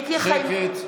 שקט.